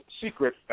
Secret